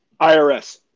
IRS